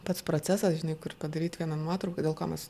pats procesas žinai kur padaryt vieną nuotrauką dėl ko mes